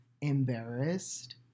embarrassed